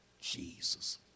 Jesus